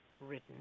written